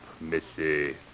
missy